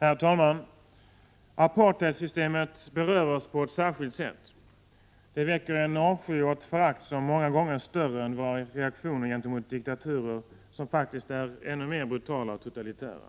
Herr talman! Apartheidsystemet berör oss på ett särskilt sätt. Det väcker en avsky och ett förakt som många gånger är större än våra reaktioner gentemot diktaturer som faktiskt är ännu mer brutala och totalitära.